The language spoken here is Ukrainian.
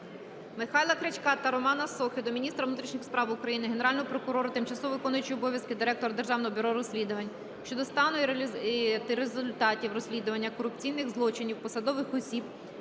Михайла Крячка та Романа Сохи до міністра внутрішніх справ України, Генерального прокурора, тимчасово виконуючої обов'язки директора Державного бюро розслідувань щодо стану й результатів розслідування корупційних злочинів посадових осіб